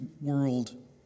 world